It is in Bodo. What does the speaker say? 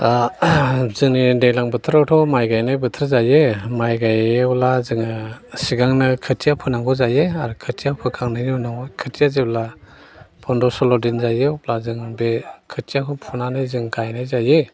दा जोंनि दैज्लां बोथोरावथ' माइ गायनाय बोथोर जायो माइ गायोब्ला जोङो सिगांनो खोथिया फोनांगौ जायो आरो खोथिया फोखांनायनि उनाव खोथिया जेब्ला फन्द्र' सल्ल' दिन जायो अब्ला जों बे खोथियाखौ फुनानै जों गायनाय जायो